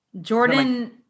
Jordan